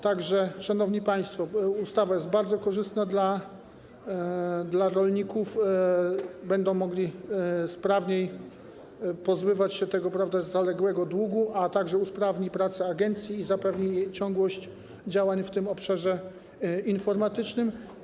Tak że, szanowni państwo, ustawa jest bardzo korzystna dla rolników - będą mogli sprawniej pozbywać się zaległego długu - a także usprawni pracę agencji i zapewni jej ciągłość działań w obszarze informatycznym.